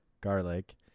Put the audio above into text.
garlic